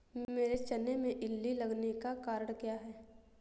मेरे चने में इल्ली लगने का कारण क्या है?